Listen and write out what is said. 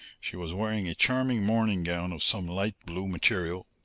she was wearing a charming morning gown of some light blue material,